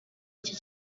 iki